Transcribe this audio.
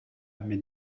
mais